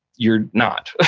you're not.